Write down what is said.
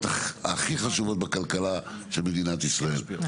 הכי חשובות בכלכלה של מדינת ישראל,